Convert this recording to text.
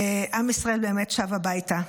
עם ישראל באמת שב הביתה.